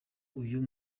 uyu